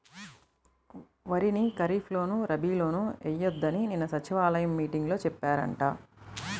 వరిని ఖరీప్ లోను, రబీ లోనూ ఎయ్యొద్దని నిన్న సచివాలయం మీటింగులో చెప్పారంట